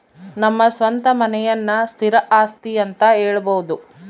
ನಮ್ಮ ಸ್ವಂತ ಮನೆಯನ್ನ ಸ್ಥಿರ ಆಸ್ತಿ ಅಂತ ಹೇಳಬೋದು